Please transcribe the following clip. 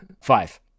five